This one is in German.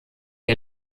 die